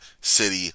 City